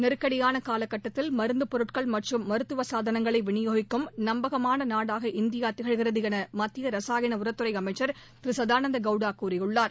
நெருக்கடியாள கால கட்டத்தில் மருந்துப் பொருட்கள் மற்றும் மருத்துவ சாதனங்களை விநியோகிக்கும் நம்பகமான நாடாக இந்தியா திகழ்கிறது என மத்திய ரசாயன உரத்துறை அமைச்சர் திரு சதானந்த கவுடா கூறியுள்ளார்